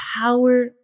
power